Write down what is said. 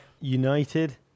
United